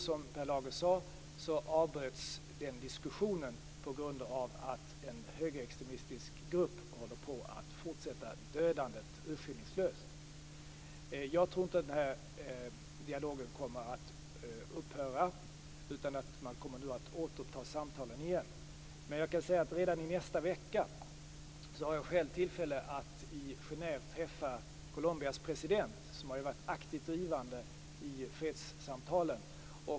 Som Per Lager sade avbröts den diskussionen på grund av att en högerextremistisk grupp håller på att fortsätta dödandet urskillningslöst. Jag tror inte att den här dialogen kommer att upphöra utan att man kommer att återuppta samtalen igen. Redan i nästa vecka har jag själv tillfälle att i Genève träffa Colombias president som har varit aktivt drivande i fredssamtalen.